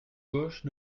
gauche